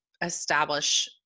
establish